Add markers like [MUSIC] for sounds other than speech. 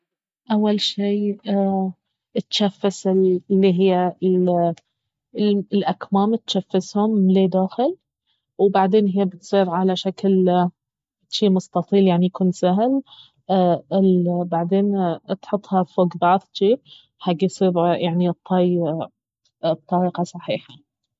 اول شي [HESITATION] تجفس الي اهيا ال-الاكمام تجفسهم لي داخل وبعدين اهيا بتصير على شكل جي مستطيل يعني يكون سهل [HESITATION] وبعدين تحطها فوق بعض جي حق يصير يعني الطي بطريقة صحيحة